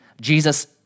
Jesus